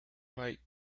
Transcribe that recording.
like